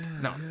No